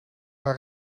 naar